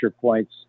points